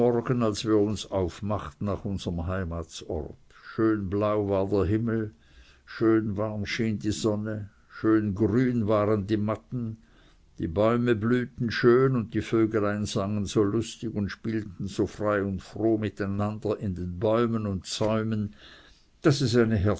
als wir uns aufmachten nach unserem heimatsort schön blau war der himmel schön warm schien die sonne schön grün waren die matten die bäume blühten schön und die vögelein sangen so lustig und spielten so frei und froh miteinander in den bäumen und zäunen daß es eine